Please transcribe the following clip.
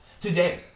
Today